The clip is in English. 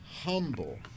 humble